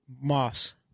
Moss